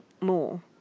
more